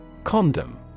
Condom